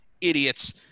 idiots